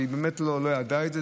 והיא באמת לא ידעה את זה.